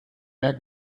mehr